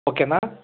okay ನಾ